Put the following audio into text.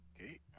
Okay